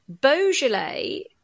Beaujolais